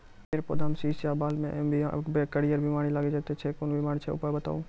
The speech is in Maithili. फेर पौधामें शीश या बाल मे करियर बिमारी लागि जाति छै कून बिमारी छियै, उपाय बताऊ?